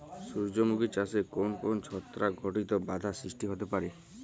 সূর্যমুখী চাষে কোন কোন ছত্রাক ঘটিত বাধা সৃষ্টি হতে পারে?